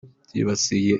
byibasiye